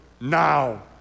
now